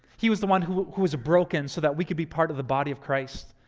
he is the one who's who's broken so that we can be part of the body of christ.